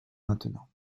maintenant